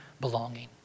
belonging